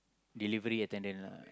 delivery attendant lah